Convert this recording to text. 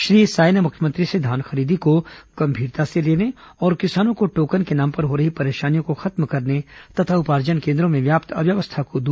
श्री साय ने मुख्यमंत्री से धान खरीदी को गंभीरता से लेने और किसानों को टोकन के नाम पर हो रही परेशानियों को खत्म करने तथा उपार्जन केन्द्रों में व्याप्त अव्यवस्था को दूर करने की मांग की है